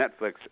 Netflix